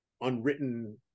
unwritten